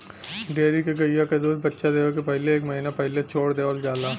dairy के गइया क दूध बच्चा देवे के पहिले एक महिना पहिले छोड़ देवल जाला